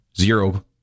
zero